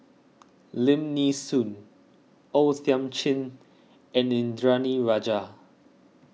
Lim Nee Soon O Thiam Chin and Indranee Rajah